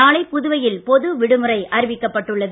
நாளை புதுவையில் பொது விடுமுறை அறிவிக்கப்பட்டு உள்ளது